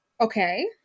Okay